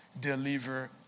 deliver